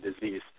disease